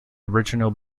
original